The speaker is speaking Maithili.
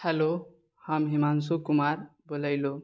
हैलो हम हिमांशु कुमार बोलैलो